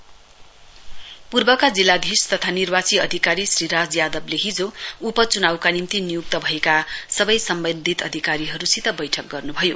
meeting by election पूर्वका जिल्लाधीश तता निर्वाची अधिकारी श्री राज यादवले हिजो उपचुनाउका निम्ति नियुक्त भएका सबै सम्बन्धित अधिकारीहरूसित गर्नुभयो